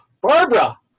Barbara